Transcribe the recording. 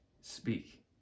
speak